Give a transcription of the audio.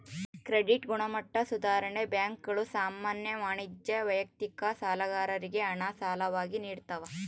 credit ಗುಣಮಟ್ಟ ಸುಧಾರಣೆ ಬ್ಯಾಂಕುಗಳು ಸಾಮಾನ್ಯ ವಾಣಿಜ್ಯ ವೈಯಕ್ತಿಕ ಸಾಲಗಾರರಿಗೆ ಹಣ ಸಾಲವಾಗಿ ನಿಡ್ತವ